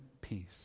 peace